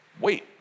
wait